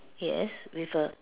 yes with a